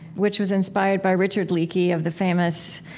which was inspired by richard leakey of the famous,